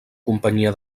companyia